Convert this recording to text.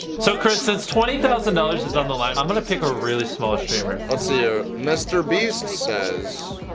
so chris has twenty thousand dollars is on the line i'm going to pick a really small streamer. let's see here, mr. beast says,